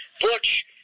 Butch